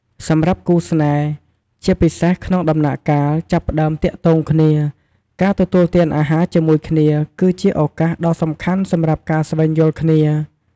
សម្រាប់គូស្នេហ៍ ជាពិសេសក្នុងដំណាក់កាលចាប់ផ្តើមទាក់ទងគ្នា ការទទួលទានអាហារជាមួយគ្នា គឺជា ឱកាសដ៏សំខាន់សម្រាប់ការស្វែងយល់គ្នា។